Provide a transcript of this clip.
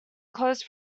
close